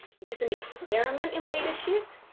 it is an experiment in leadership.